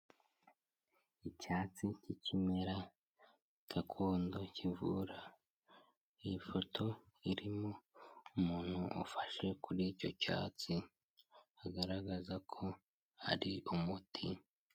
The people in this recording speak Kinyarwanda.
Icyatsi cy'ikimera gakondo kivura, iyi foto irimo umuntu ufashe kuri icyo cyatsi, agaragaza ko ari umuti.